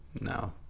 No